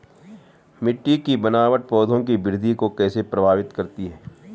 मिट्टी की बनावट पौधों की वृद्धि को कैसे प्रभावित करती है?